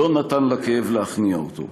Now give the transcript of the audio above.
לא נתן לכאב להכניע אותו.